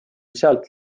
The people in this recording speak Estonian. sealt